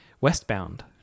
Westbound